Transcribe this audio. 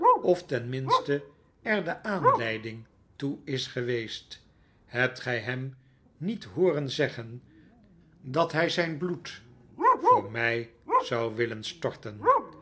of tenminste er de aanleiding toe is geweest hebt gij hem niet hooren zeggen dat hij zijn bloed voor maarten chuzzlewit mij zou willen storten